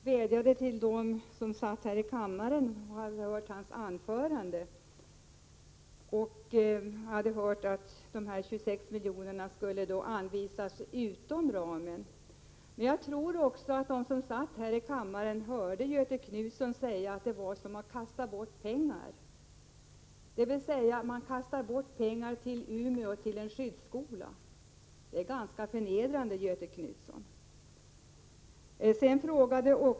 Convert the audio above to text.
Fru talman! Göthe Knutson vädjade till dem i kammaren som hörde att dessa 26 miljoner skulle anvisas utom ramen. Jag tror att de som satt här i kammaren också hörde Göthe Knutson säga att inrätta en skyddsskola i Umeå var som att kasta bort pengar. Det är ganska förnedrande, Göthe Knutson.